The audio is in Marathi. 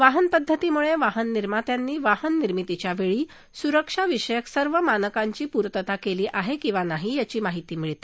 वाहन पद्धतीमुळे वाहन निर्मात्यांनी वाहन निर्मितीच्यावेळी सुरक्षाविषयक सर्व मानकांची पूर्तता केली आहे की नाही याची माहिती मिळते